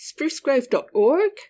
sprucegrove.org